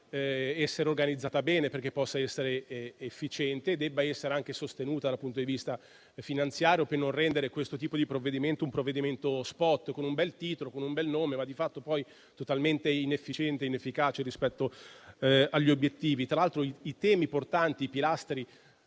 dev'essere organizzata bene perché possa essere efficiente e anche sostenuta dal punto di vista finanziario, per non rendere questo un provvedimento *spot*, con un bel titolo e un bel nome, ma di fatto poi totalmente inefficiente e inefficace rispetto agli obiettivi. Tra l'altro, i temi portanti e i pilastri